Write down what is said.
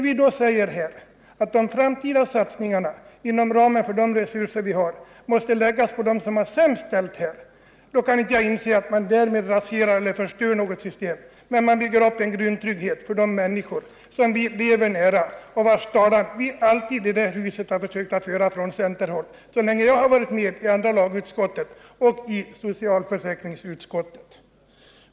Vi säger att de framtida satsningarna inom ramen för de resurser vi har måste läggas på dem som har det sämst ställt. Jag kan inte inse att man därmed raserar eller förstör något system. Man bygger upp en grundtrygghet för de människor som vi lever nära och vilkas talan centern försökt föra här i huset så länge jag har varit med både i andra lagutskottet och i socialförsäkringsutskottet.